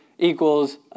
Equals